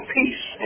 peace